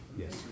Yes